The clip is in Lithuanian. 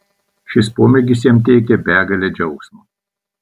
šis pomėgis jam teikia begalę džiaugsmo